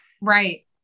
right